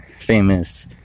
famous